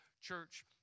Church